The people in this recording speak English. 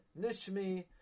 Nishmi